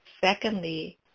Secondly